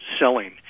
selling